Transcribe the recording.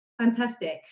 Fantastic